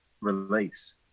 release